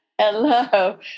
Hello